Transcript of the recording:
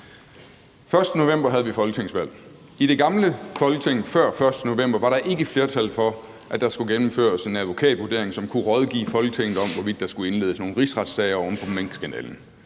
1. november havde vi folketingsvalg. I det gamle Folketing før den 1. november var der ikke flertal for, at der skulle gennemføres en advokatvurdering, som kunne rådgive Folketinget om, hvorvidt der skulle indledes nogen rigsretssag oven på minkskandalen.